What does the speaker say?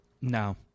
No